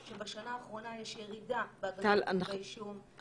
שבשנה האחרונה יש ירידה בהגשת כתבי אישום ובהעמדה לדין --- טל,